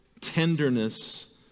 tenderness